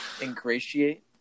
Ingratiate